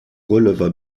releva